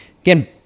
again